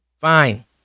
Fine